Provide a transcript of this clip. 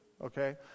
okay